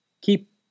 keep